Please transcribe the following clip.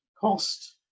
cost